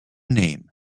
name